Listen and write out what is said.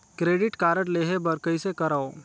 Credit card लेहे बर कइसे करव?